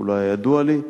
הוא לא היה ידוע לי.